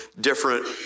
different